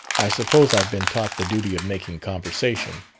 i suppose i've been taught the duty of making conversation.